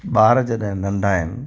ॿार जॾहिं नंढा आहिनि